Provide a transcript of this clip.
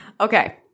Okay